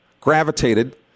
gravitated